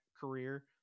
career